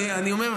אני אומר,